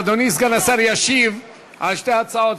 אדוני סגן השר ישיב על שתי הצעות,